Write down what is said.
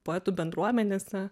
poetų bendruomenėse